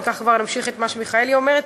נמשיך את מה שמיכאלי אומרת.